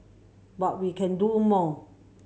but we can do more